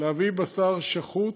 להביא בשר שחוט,